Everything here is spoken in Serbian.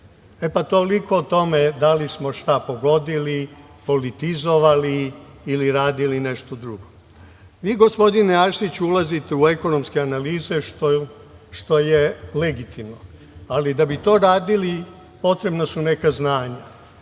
i toliko o tome da li smo šta pogodili, politizovali, ili radili nešto drugo. Vi gospodine Arsiću, ulazite u ekonomske analize što je legitimno, ali da bi to radili, potrebna su neka znanja,